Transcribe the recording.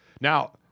Now